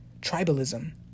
tribalism